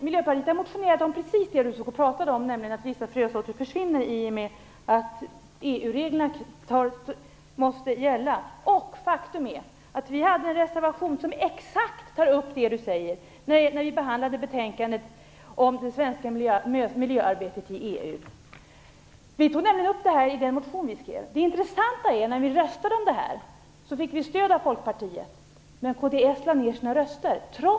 Miljöpartiet har motionerat om precis det Tuve Skånberg pratade om, nämligen att vissa frösorter försvinner i och med att EU-reglerna måste gälla. Faktum är att vi också hade en reservation där vi tog upp exakt det som Tuve Skånberg nämnde, när vi behandlade betänkandet om det svenska miljöarbetet i EU. Det intressanta var att vi i omröstningen fick stöd av Folkpartiet men att kds lade ned sina röster.